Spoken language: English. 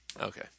Okay